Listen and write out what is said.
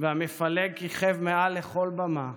והמפלג כיכב מעל לכל במה.